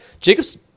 Jacobs